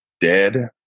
dead